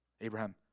Abraham